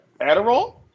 Adderall